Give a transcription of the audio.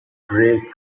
grey